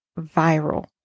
viral